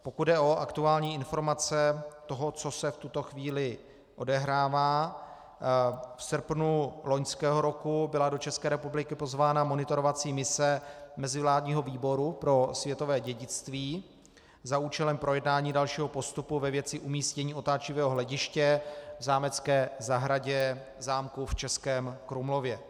Pokud jde o aktuální informace o tom, co se v tuto chvíli odehrává, v srpnu loňského roku byla do České republiky pozvána monitorovací mise mezivládního výboru pro světové dědictví za účelem projednání dalšího postupu ve věci umístění otáčivého hlediště v zámecké zahradě zámku v Českém Krumlově.